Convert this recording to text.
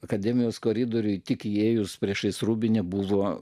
akademijos koridoriuje tik įėjus priešais rūbinę buvo